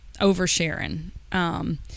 oversharing